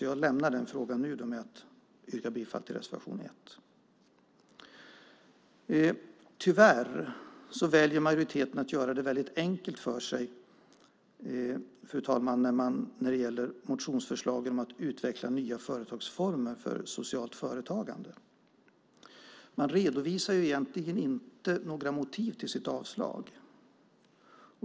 Jag lämnar därför den frågan nu och yrkar bifall till reservation 1. Majoriteten väljer tyvärr att göra det väldigt enkelt för sig när det gäller motionsförslagen om att utveckla nya företagsformer för socialt företagande. Man redovisar egentligen inte några motiv till sitt avslag.